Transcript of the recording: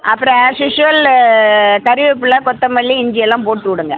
அப்பறம் ஆஷ்யூஷ்வால் கருவேப்பில்ல கொத்தமல்லி இஞ்சி எல்லாம் போட்டு உடுங்க